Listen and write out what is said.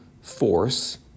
force